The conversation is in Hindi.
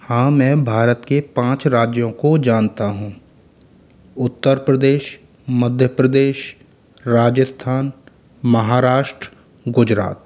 हाँ मैं भारत के पाँच राज्यों को जानता हूँ उत्तर प्रदेश मध्य प्रदेश राजस्थान महाराष्ट्र गुजरात